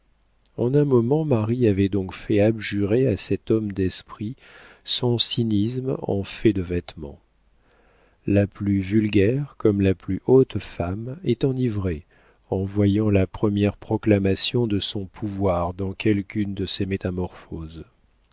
en un moment marie avait donc fait abjurer à cet homme d'esprit son cynisme en fait de vêtement la plus vulgaire comme la plus haute femme est enivrée en voyant la première proclamation de son pouvoir dans quelqu'une de ces métamorphoses